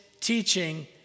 teaching